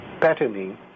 patterning